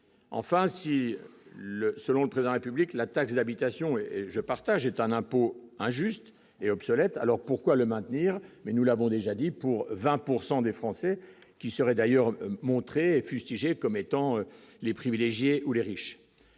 enfin si le selon le président République la taxe d'habitation et je partage est un impôt injuste et obsolète, alors pourquoi le maintenir mais nous l'avons déjà dit pour 20 pourcent des des Français qui serait d'ailleurs montré fustigé comme étant les privilégiés où les riches